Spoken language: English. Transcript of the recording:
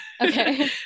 Okay